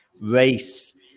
race